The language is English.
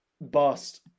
Bust